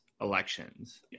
elections